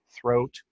throat